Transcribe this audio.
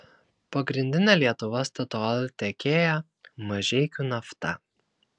pagrindinė lietuva statoil tiekėja mažeikių nafta